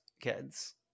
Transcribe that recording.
kids